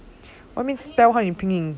what do you mean spell 汉语拼音